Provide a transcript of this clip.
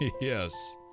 yes